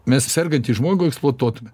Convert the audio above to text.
mes sergantį žmogų eksploatuotume